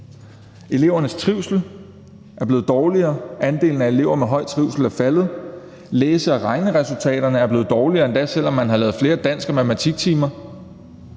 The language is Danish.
Elevernes trivsel er blevet dårligere, andelen af elever med høj trivsel er faldet, læse- og regneresultaterne er blevet dårligere, endda selv om man har haft flere dansk- og matematiktimer.